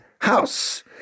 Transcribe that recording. house